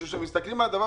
וכשמסתכלים על זה,